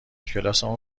کلاسمون